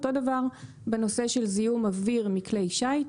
אותו דבר בנושא של זיהום אוויר מכלי שיט.